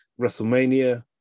WrestleMania